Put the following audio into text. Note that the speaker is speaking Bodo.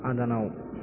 आदानाव